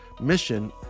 mission